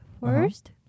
first